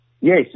Yes